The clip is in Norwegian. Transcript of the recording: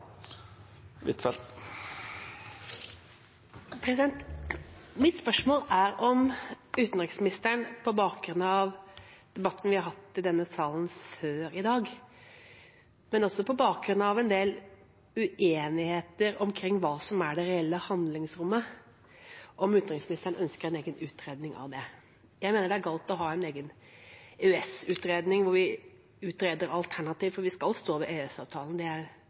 hatt i denne salen før i dag, men også på bakgrunn av en del uenigheter omkring hva som er det reelle handlingsrommet, ønsker en egen utredning av det. Jeg mener det er galt å ha en egen EØS-utredning hvor vi utreder alternativer, for vi skal stå ved